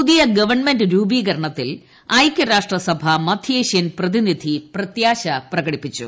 പുതിയ ഗവൺമെന്റ് രൂപീകരണത്തിൽ ഐകൃരാഷ്ട്രസഭ മധ്യേഷ്യൻ പ്രതിനിധി പ്രത്യാശ പ്രകടിപ്പിച്ചു